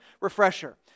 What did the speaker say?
refresher